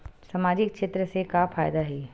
सामजिक क्षेत्र से का फ़ायदा हे?